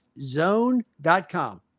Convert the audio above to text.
zone.com